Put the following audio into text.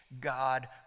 God